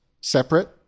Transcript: separate